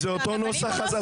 אם זה אותו נוסח, אז דנו בזה.